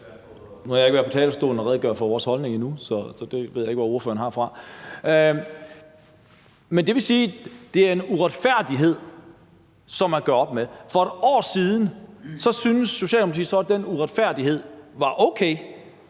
Nu har jeg ikke været på talerstolen og redegøre for vores holdning endnu, så det ved jeg ikke hvor ordføreren har fra. Men det vil sige, at det er en uretfærdighed, som man gør op med. For et år siden syntes Socialdemokratiet, at det var okay,